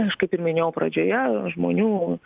aš kaip ir minėjau pradžioje žmonių